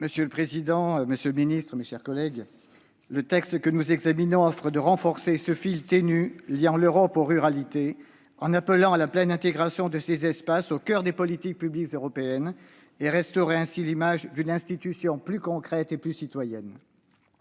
Monsieur le président, monsieur le secrétaire d'État, mes chers collègues, le texte que nous examinons ce matin vise à renforcer le fil ténu liant l'Europe aux ruralités, en appelant à la pleine intégration de ces espaces au sein des politiques publiques européennes, afin de favoriser l'image d'une institution plus concrète et plus citoyenne.